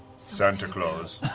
santa claus.